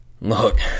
Look